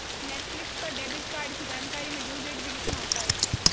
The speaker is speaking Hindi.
नेटफलिक्स पर डेबिट कार्ड की जानकारी में ड्यू डेट भी लिखना होता है